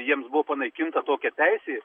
jiems buvo panaikinta tokia teisė